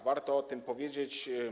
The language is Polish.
Warto o tym powiedzieć.